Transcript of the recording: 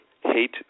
hate